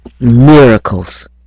miracles